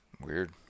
Weird